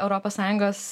europos sąjungos